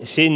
esiin